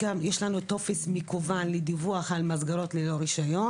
יש לנו טופס מקוון לדיווח על מסגרות ללא רישיון.